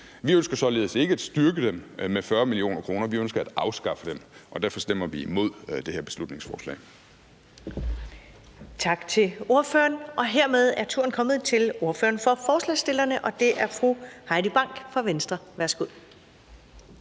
Vi ønsker således ikke at styrke dem med 40 mio. kr. Vi ønsker at afskaffe dem, og derfor stemmer vi imod det her beslutningsforslag.